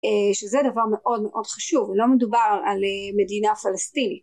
שזה דבר מאוד מאוד חשוב ולא מדובר על מדינה פלסטינית